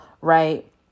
right